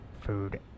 food